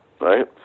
right